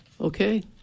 Okay